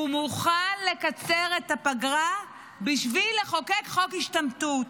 הוא מוכן לקצר את הפגרה בשביל לחוקק חוק השתמטות.